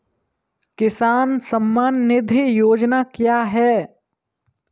किसान सम्मान निधि योजना क्या है?